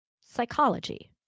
psychology